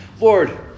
Lord